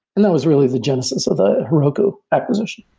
and that was really the genesis of the heroku acquisition.